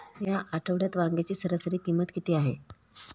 या आठवड्यात वांग्याची सरासरी किंमत किती आहे?